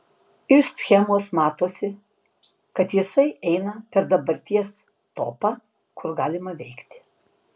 iš schemos matosi kad jisai eina per dabarties topą kur galima veikti